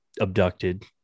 abducted